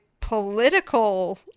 political